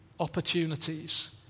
opportunities